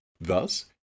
Thus